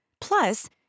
Plus